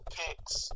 picks